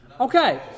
Okay